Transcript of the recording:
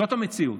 זאת המציאות.